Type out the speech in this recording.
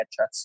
headshots